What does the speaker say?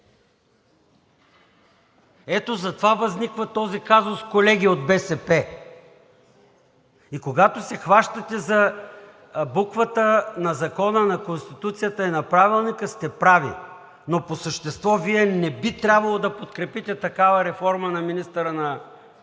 Ето затова възниква този казус, колеги от БСП. И когато се хващате за буквата на закона, на Конституцията и на Правилника, сте прави, но по същество Вие не би трябвало да подкрепите такава реформа на министъра на